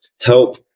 help